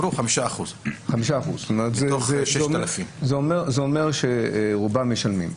הם אמרו 5% מתוך 6,000. זה אומר שרובם כן משלמים.